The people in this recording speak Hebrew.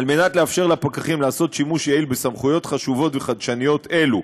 כדי לאפשר לפקחים לעשות שימוש יעיל בסמכויות חשובות וחדשניות אלו